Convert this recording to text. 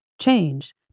change